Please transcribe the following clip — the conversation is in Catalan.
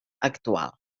actual